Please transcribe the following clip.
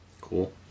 Cool